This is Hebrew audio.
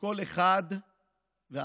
שכל אחד ואחת